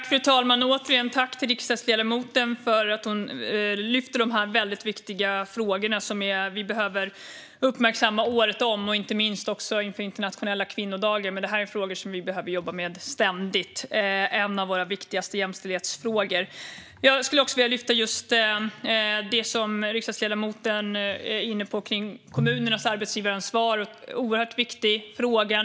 Fru talman! Jag tackar återigen riksdagsledamoten för att hon lyfter upp dessa viktiga frågor, som vi behöver uppmärksamma året om, inte minst inför den internationella kvinnodagen. Men detta är frågor som vi behöver jobba med ständigt. Det är en av våra viktigaste jämställdhetsfrågor. Jag vill lyfta upp det som riksdagsledamoten var inne på när det gäller kommunernas arbetsgivaransvar. Det är en oerhört viktig fråga.